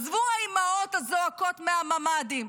עזבו האימהות הזועקות מהממ"דים,